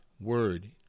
word